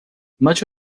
much